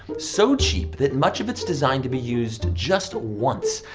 so cheap that much of it's designed to be used just once.